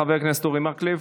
חבר הכנסת אורי מקלב,